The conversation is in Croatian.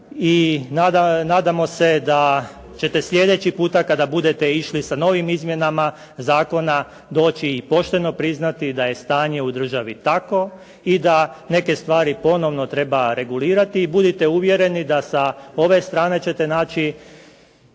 i nadamo se da ćete sljedeći puta kada budete išli sa novim izmjenama zakona doći i pošteno priznati da je stanje u državi takvo i da neke stvari ponovno treba regulirati i budite uvjereni da sa ove strane ćete naći